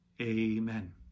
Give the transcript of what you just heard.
Amen